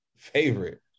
favorite